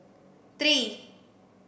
three